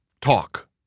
talk